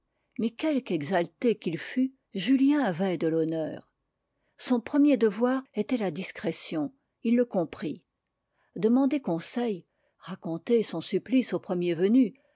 mais quelque exalté qu'il fût julien avait de l'honneur son premier devoir était la discrétion il le comprit demander conseil raconter son supplice au premier venu